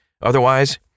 Otherwise